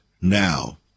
now